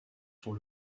sont